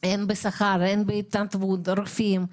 הן בשכר והן בהתנדבות: רופאים,